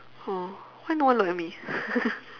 oh why no one look at me